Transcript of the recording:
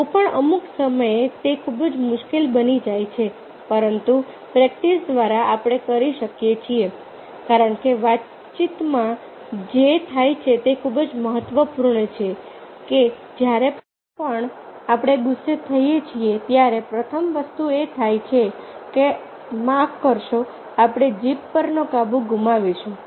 તો પણઅમુક સમયે તે ખૂબ જ મુશ્કેલ બની જાય છે પરંતુ પ્રેક્ટિસ દ્વારા આપણે કરી શકીએ છીએ કારણ કે વાતચીતમાં જે થાય છે તે ખૂબ જ મહત્વપૂર્ણ છે કે જ્યારે પણ આપણે ગુસ્સે થઈએ છીએ ત્યારે પ્રથમ વસ્તુ એ થાય છે કે માફ કરશો આપણે જીભ પરનો કાબૂ ગુમાવીશું